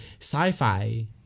sci-fi